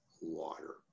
water